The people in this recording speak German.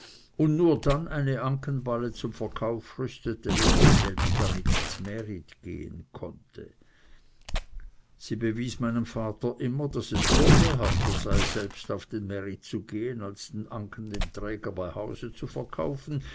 und nur dann eine ankenballe zum verkauf rüstete wenn sie selbst damit z'märit gehen konnte sie bewies meinem vater immer daß es vorteilhafter sei selbst auf den märit zu gehen als den anken dem träger bei hause zu verkaufen